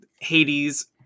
Hades